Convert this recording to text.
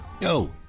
Yo